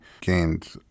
gained